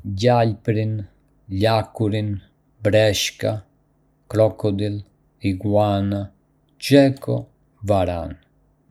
Ka shumë lloje të reptilëve, si gjarpërinj, lakuriq, breshka, krokodil, iguana, gecko dhe varan. Çdo njëri nga këta reptilë ka përshtatje unike që i ndihmojnë të mbijetojnë në habitatin e tyre.